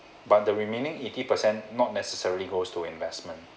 but the remaining eighty percent not necessarily goes to investment